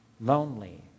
lonely